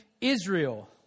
Israel